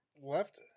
Left